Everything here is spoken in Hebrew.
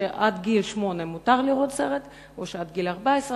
שמגיל שמונה מותר לראות את הסרט או מגיל 14,